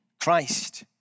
Christ